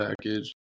package